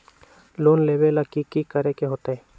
Loan लेबे ला की कि करे के होतई?